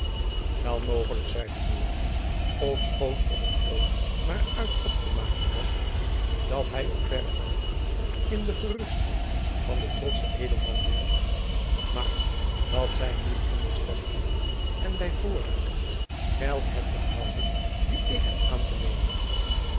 wel mogelijk zeide buat ofschoon op een toon waaruit op te maken was dat hy op verre na niet in de gerustheid van den trotschen edelman deelde maar dat zijn nu onderstellingen en by voorraad geldt het de houding die ik heb aan te nemen